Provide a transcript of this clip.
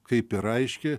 kaip ir aiški